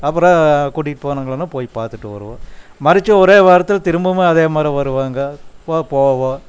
அப்புறோம் கூட்டிட்டு போனவங்களனா போய் பார்த்துட்டு வருவோம் மறுச்சோ ஒரே வாரத்தில் திரும்பவுமே அதே மாரி வருவாங்க போ போவோம்